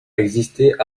existait